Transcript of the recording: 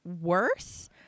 worse